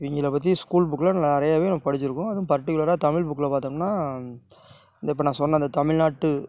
இவங்கள பற்றி ஸ்கூல் புக்கில் நெறையவே படித்திருக்கோம் அதுவும் பர்டிகுலராக தமிழ் புக்கில் பார்த்தம்னா இந்த இப்போ நான் சொன்னது தமிழ் நாட்டு